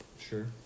Sure